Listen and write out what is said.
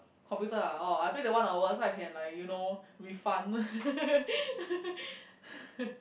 computer ah oh I play the one hour so I can like you know refund